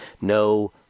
No